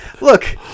Look